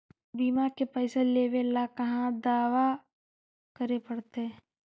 बिमा के पैसा लेबे ल कहा दावा करे पड़तै?